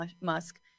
Musk